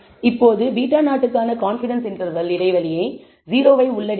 இப்போது β0 க்கான confidence interval இடைவெளி 0 ஐ உள்ளடக்கியது